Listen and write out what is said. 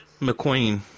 McQueen